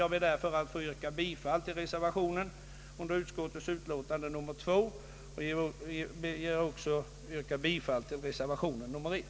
Jag ber att med det an förda få yrka bifall till reservation 2 vid utskottets utlåtande och även till reservation 1.